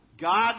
God